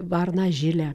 varną žilę